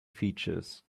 features